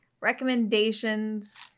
Recommendations